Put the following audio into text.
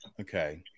Okay